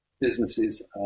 businesses